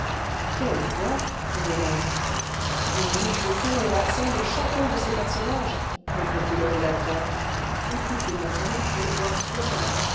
quelle voix dit hélène h imite le ton et l'accent de chacun de ses personnages répondit le rédacteur écoutez maintenant quelle voix suave